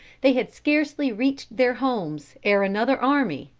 they had scarcely reached their homes ere another army,